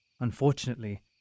Unfortunately